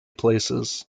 places